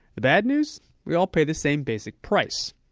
the bad news we all pay the same basic price.